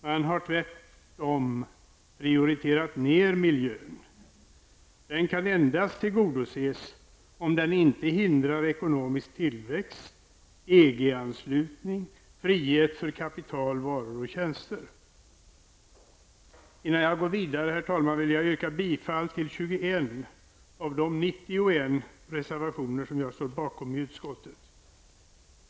Man har tvärtom prioriterat ned miljön. Den kan endast tillgodoses om den inte hindrar ekonomisk tillväxt, EG-anslutning, frihet för kapital, varor och tjänster. Herr talman! Innan jag går vidare vill jag yrka bifall till 21 av de 91 reservationer som jag står bakom i utskottet.